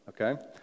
okay